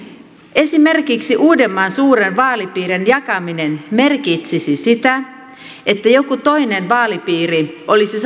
esimerkiksi uudenmaan suuren vaalipiirin jakaminen merkitsisi sitä että joku toinen vaalipiiri olisi